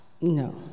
No